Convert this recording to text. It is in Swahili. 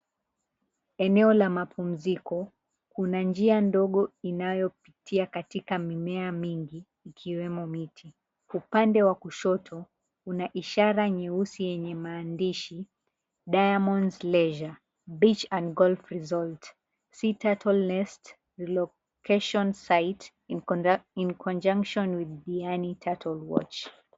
Eneo la mapumziko. Kuna njia ndogo inayopitia katika mimea mingi ikiwemo miti. Upande wa kushoto una ishara nyeusi yenye maandishi Diamonds Leisure, Beach And Golf Resort, Sea Turtle Nest Relocation Site In Conjunction With Diani Turtle Watch.